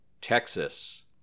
Texas